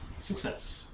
Success